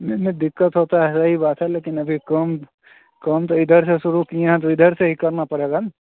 नहीं नहीं दिक़्क़त होती है सही बात है लेकिन अभी काम काम तो इधर से शुरू किए हैं तो इधर से ही करना पड़ेगा ना